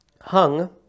hung